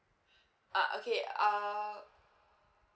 uh okay err